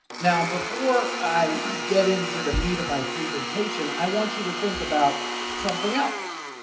now, before i get into the meat of my presentation, i want you to think about something else,